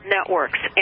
Networks